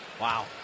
Wow